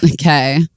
okay